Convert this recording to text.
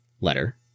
letter